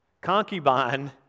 Concubine